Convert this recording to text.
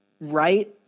right